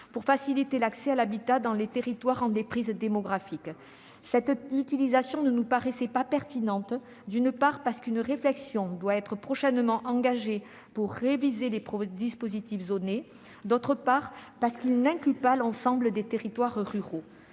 pour faciliter l'accès à l'habitat dans les territoires en déprise démographique. Ce périmètre ne nous paraissait pas pertinent pour trois raisons. Tout d'abord, parce qu'une réflexion doit être prochainement engagée pour réviser les dispositifs zonés. Ensuite, parce qu'il n'inclut pas l'ensemble des territoires ruraux.